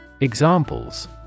Examples